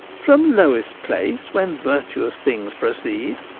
from lowest place when virtuous things proceed,